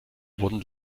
wurden